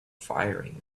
firing